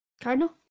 Cardinal